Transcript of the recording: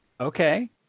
okay